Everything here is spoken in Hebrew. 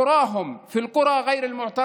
שבכפרים שלהם, בכפרים הבלתי-מוכרים: